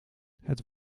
het